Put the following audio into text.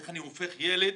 איך אני הופך ילד